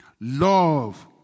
Love